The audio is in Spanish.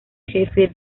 jefe